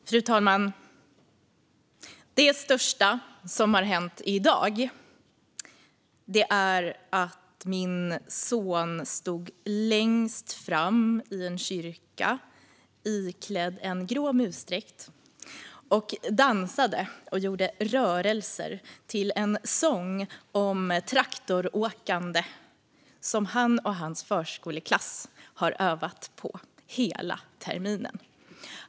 Fru talman! Det största som har hänt i dag är att min son stod längst fram i en kyrka iklädd en grå musdräkt och dansade och gjorde rörelser till en sång om traktoråkande som han och hans förskoleklass har övat på hela terminen.